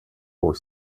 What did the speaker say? for